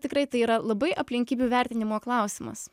tikrai tai yra labai aplinkybių vertinimo klausimas